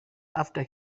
after